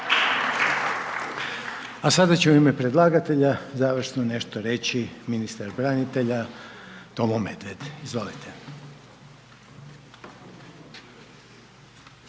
A sada će u ime predlagatelja završno nešto reći ministar branitelja Tomo Medved, izvolite.